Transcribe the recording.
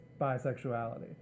bisexuality